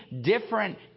different